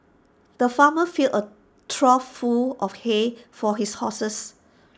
the farmer filled A trough full of hay for his horses